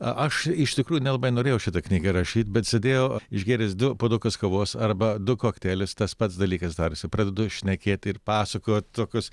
aš iš tikrųjų nelabai norėjau šitą knygą rašyt bet sėdėjo išgėręs du puodukus kavos arba du kokteilius tas pats dalykas darosi pradedu šnekėti ir pasakoju tokius